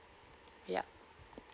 yup